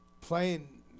playing